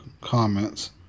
comments